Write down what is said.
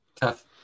tough